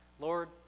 Lord